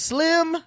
Slim